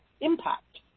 impact